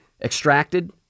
extracted